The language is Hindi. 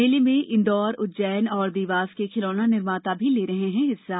मेले में इंदौर उज्जैन और देवास के खिलौना निर्माता भी ले रहे हैं हिस्सा